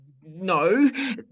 no